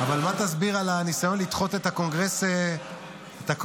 אבל תסביר את הניסיון לדחות את הקונגרס הציוני.